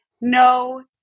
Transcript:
No